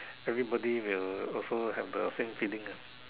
every body will also have the same feeling lah